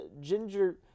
Ginger